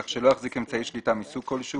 כך שלא יחזיק אמצעי שליטה מסוג כלשהו,